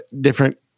different